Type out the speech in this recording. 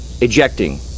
ejecting